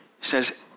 says